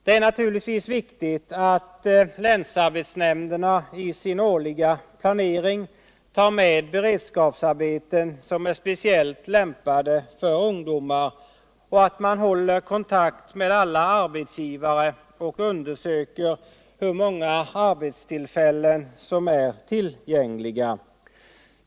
Det är naturligtvis viktigt att länsarbetsnämnderna i sin årliga planering tar med beredskapsarbeten som är speciellt lämpade för ungdomar och att man håller kontakt med alla arbetsgivare och undersöker hur många arbetstillfällen som är tillgängliga.